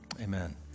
Amen